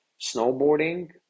snowboarding